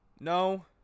No